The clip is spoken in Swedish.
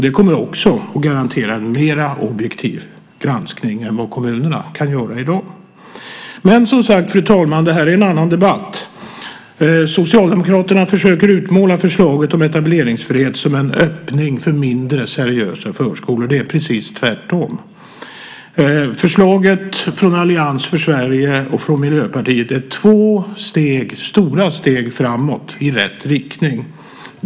Det kommer också att garantera en mer objektiv granskning än vad kommunerna kan göra i dag. Men detta är som sagt en annan debatt, fru talman. Socialdemokraterna försöker utmåla förslaget om etableringsfrihet som en öppning för mindre seriösa förskolor. Det är precis tvärtom. Förslaget från Allians för Sverige och Miljöpartiet är två stora steg i rätt riktning.